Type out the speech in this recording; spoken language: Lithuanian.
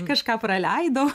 kažką praleidau